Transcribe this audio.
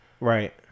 Right